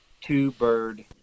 two-bird